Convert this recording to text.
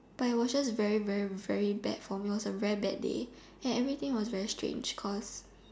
but it was just very very very bad for me it was a very bad day and everything is very strange cause